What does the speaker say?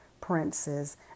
princes